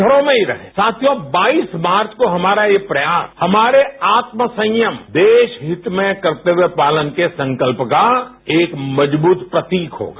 घरों में ही रहें तो बाईस मार्च को हमारा यह प्रयास आत्मसंयम देश हित में करते हुए पालन के संकल्प का एक मजबूत प्रतीक होगा